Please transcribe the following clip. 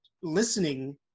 listening